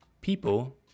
people